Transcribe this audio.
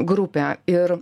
grupė ir